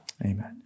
Amen